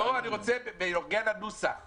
אני רוצה להגיד בנוגע לנוסח -- שניה,